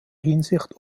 hinsicht